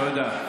תודה.